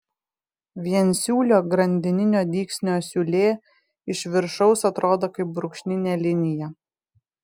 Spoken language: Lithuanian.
viensiūlio grandininio dygsnio siūlė iš viršaus atrodo kaip brūkšninė linija